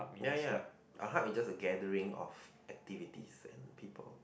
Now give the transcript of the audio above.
ya ya a hub is just a gathering of activities and people